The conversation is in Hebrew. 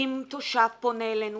אם תושב פונה אלינו,